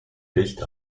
dicht